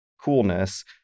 coolness